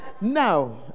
Now